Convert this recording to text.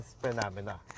Phenomena